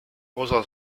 osa